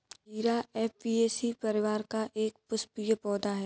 जीरा ऍपियेशी परिवार का एक पुष्पीय पौधा है